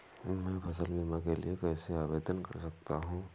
मैं फसल बीमा के लिए कैसे आवेदन कर सकता हूँ?